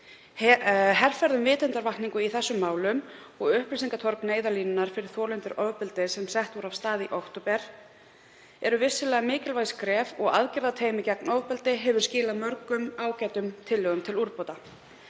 Herferð um vitundarvakningu í þessum málum og upplýsingatorg Neyðarlínunnar fyrir þolendur ofbeldis, sem sett var af stað í október, eru vissulega mikilvæg skref og aðgerðateymi gegn ofbeldi hefur skilað mörgum ágætum tillögum til úrbóta.